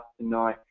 tonight